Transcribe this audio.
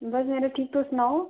बस यरो ठीक तुस सनाओ